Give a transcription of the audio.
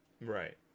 Right